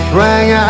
rang